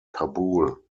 kabul